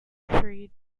three